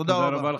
תודה רבה.